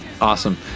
Awesome